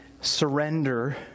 surrender